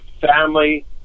family